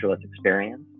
experience